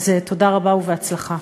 אז תודה רבה ובהצלחה.